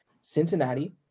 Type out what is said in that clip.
Cincinnati